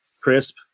crisp